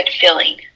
feeling